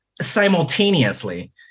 simultaneously